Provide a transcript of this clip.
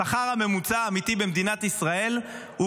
השכר הממוצע האמיתי במדינת ישראל הוא